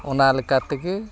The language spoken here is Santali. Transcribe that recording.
ᱚᱱᱟ ᱞᱮᱠᱟ ᱛᱮᱜᱮ